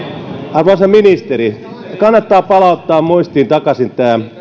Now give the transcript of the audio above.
arvoisa ministeri kannattaa palauttaa muistiin takaisin